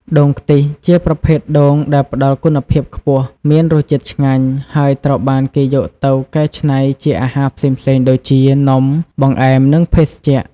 ដូងខ្ទិះ ជាប្រភេទដូងដែលផ្តល់គុណភាពខ្ពស់ មានរសជាតិឆ្ងាញ់ ហើយត្រូវបានគេយកទៅកែច្នៃជាអាហារផ្សេងៗដូចជា នំ បង្អែម និងភេសជ្ជៈ។